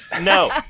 No